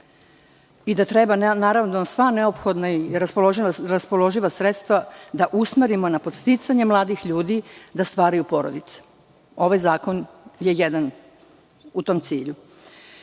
i da treba sva neophodna i raspoloživa sredstava usmeriti na podsticanje mladih ljudi da stvaraju porodice. Ovaj zakon je jedan u tom cilju. Rekla